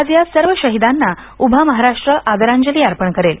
आज या सर्व शहिदांना उभा महाराष्ट्र आदरांजली अर्पण करेल